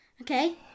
Okay